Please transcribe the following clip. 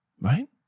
Right